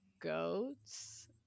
goats